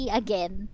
again